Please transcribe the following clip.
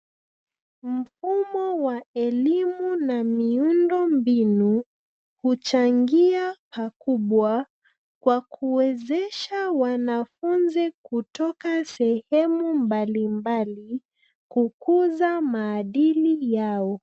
Mfumo wa elimu na miundombinu, huchangia pakubwa, kwa kuwezesha wanafunzi kutoka sehemu mbalimbali kukuza maadili yao.